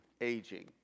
aging